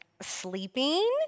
sleeping